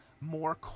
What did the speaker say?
more